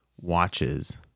watches